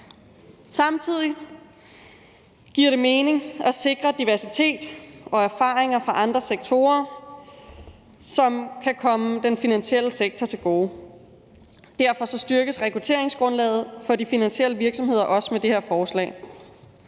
Samtidig giver det mening at sikre diversitet og erfaringer fra andre sektorer, som kan komme den finansielle sektor til gode. Derfor styrkes rekrutteringsgrundlaget for de finansielle virksomheder også med det her forslag.